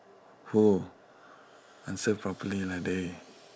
who answer properly lah dey